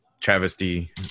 travesty